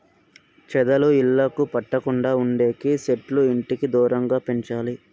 చెదలు ఇళ్లకు పట్టకుండా ఉండేకి సెట్లు ఇంటికి దూరంగా పెంచాలి